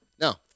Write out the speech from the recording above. No